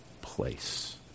place